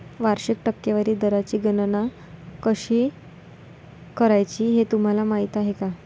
वार्षिक टक्केवारी दराची गणना कशी करायची हे तुम्हाला माहिती आहे का?